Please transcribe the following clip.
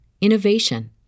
innovation